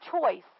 choice